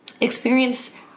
experience